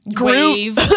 wave